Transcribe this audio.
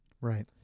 Right